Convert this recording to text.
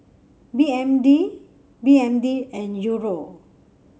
B M D B M D and Euro